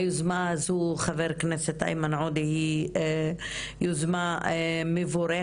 היוזמה הזו, חה"כ איימן עודה, היא יוזמה מבורכת.